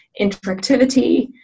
interactivity